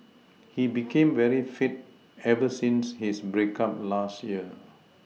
he became very fit ever since his break up last year